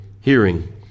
hearing